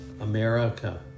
America